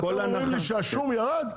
ואתם אומרים לי שהשום ירד?